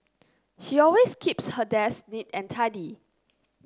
she always keeps her desk neat and tidy